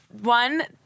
one